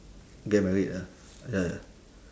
get married ah ya ya